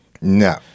No